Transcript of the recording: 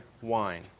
wine